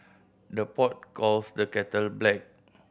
the pot calls the kettle black